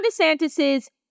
DeSantis's